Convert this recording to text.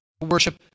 worship